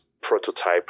prototype